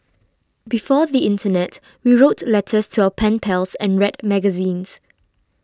before the internet we wrote letters to our pen pals and read magazines